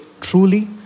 truly